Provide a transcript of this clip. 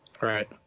Right